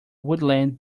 woodland